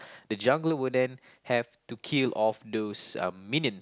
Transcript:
the jungler would then have to kill off those um minion